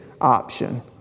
option